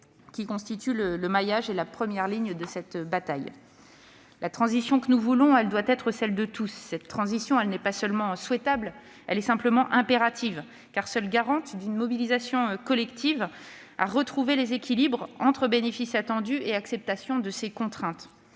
qui constituent le maillage et la première ligne dans cette bataille. La transition que nous voulons mettre en oeuvre doit être celle de tous. Cette transition n'est pas seulement souhaitable, elle est impérative, car elle est seule garante d'une mobilisation collective afin de retrouver les équilibres entre bénéfices attendus et acceptation des contraintes.